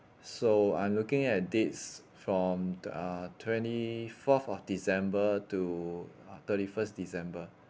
so I'm looking at dates from the uh twenty fourth of december to uh thirty first december